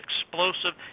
explosive